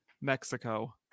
Mexico